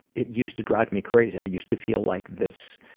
it used to drive me crazy. i used to feel like this